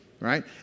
Right